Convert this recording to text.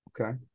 Okay